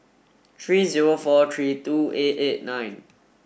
three zero four three two eight eight nine